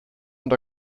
und